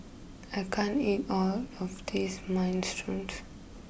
I can't eat all of this Minestrone